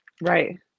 Right